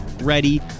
ready